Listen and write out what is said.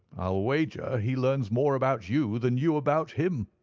i'll wager he learns more about you than you about him.